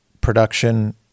production